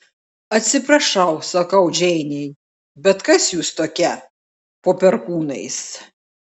atsiprašau sakau džeinei bet kas jūs tokia po perkūnais